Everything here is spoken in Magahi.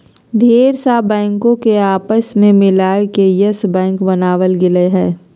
ढेर सा बैंको के आपस मे मिलाय के यस बैक बनावल गेलय हें